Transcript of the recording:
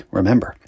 remember